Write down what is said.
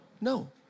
No